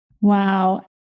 Wow